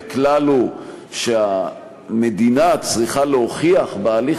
הכלל הוא שהמדינה צריכה להוכיח בהליך